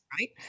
right